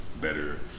better